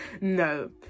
no